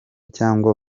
cyangwa